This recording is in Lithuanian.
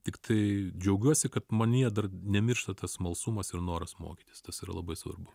tiktai džiaugiuosi kad manyje dar nemiršta tas smalsumas ir noras mokytis tas labai svarbu